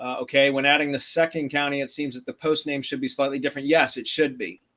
okay, when adding the second county, it seems that the post name should be slightly different. yes, it should be.